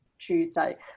Tuesday